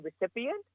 recipient